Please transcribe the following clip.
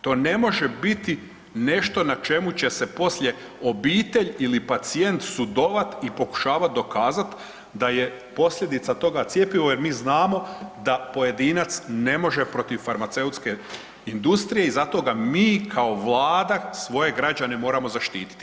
To ne može biti nešto na čemu će se poslije obitelj ili pacijent sudovat i pokušavat dokazati da je posljedica toga cjepivo, jer mi znamo da pojedinac ne može protiv farmaceutske industrije i zato ga mi kao Vlada svoje građane moramo zaštititi.